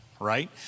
Right